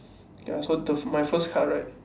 ya so the my first card right